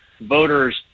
voters